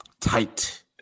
tight